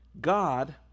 God